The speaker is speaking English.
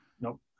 Nope